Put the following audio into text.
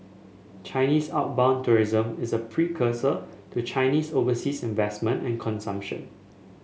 Chinese outbound tourism is a precursor to Chinese overseas investment and consumption